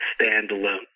standalone